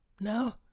no